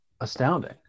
astounding